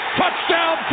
touchdown